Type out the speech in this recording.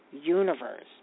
Universe